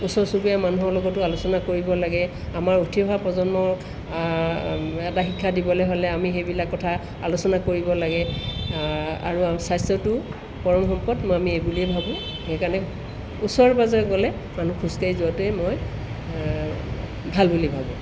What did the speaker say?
ওচৰ চুবুৰীয়া মানুহৰ লগতো আলোচনা কৰিব লাগে আমাৰ উঠি অহা প্ৰজন্মক এটা শিক্ষা দিবলৈ হ'লে আমি সেইবিলাক কথা আলোচনা কৰিব লাগে আৰু স্বাস্থ্যটো পৰম সম্পদ আমি এইবুলিয়ে ভাবোঁ সেইকাৰণে ওচৰ পাঁজৰে গ'লে মানুহ খোজকাঢ়ি যোৱাটোৱে মই ভাল বুলি ভাবোঁ